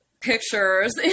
pictures